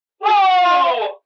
Whoa